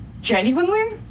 genuinely